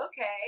okay